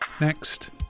Next